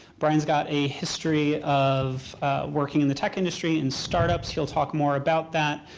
brian's got a history of working in the tech industry and startups. he'll talk more about that.